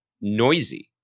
noisy